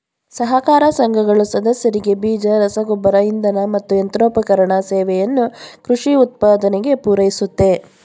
ಸಹಕಾರ ಸಂಘಗಳು ಸದಸ್ಯರಿಗೆ ಬೀಜ ರಸಗೊಬ್ಬರ ಇಂಧನ ಮತ್ತು ಯಂತ್ರೋಪಕರಣ ಸೇವೆಯನ್ನು ಕೃಷಿ ಉತ್ಪಾದನೆಗೆ ಪೂರೈಸುತ್ತೆ